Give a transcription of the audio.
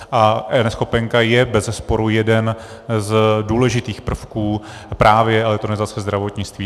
A eNeschopenka je bezesporu jeden z důležitých prvků právě elektronizace zdravotnictví.